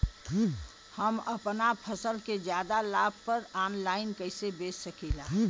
हम अपना फसल के ज्यादा लाभ पर ऑनलाइन कइसे बेच सकीला?